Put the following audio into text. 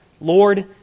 Lord